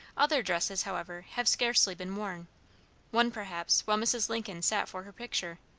other dresses, however, have scarcely been worn one, perhaps, while mrs. lincoln sat for her picture,